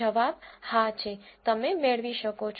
જવાબ હા છે તમે મેળવી શકો છો